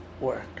work